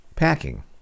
Packing